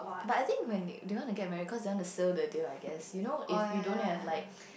but I think when they do you want to get married cause you want to seal the deal I guess you know if you don't have like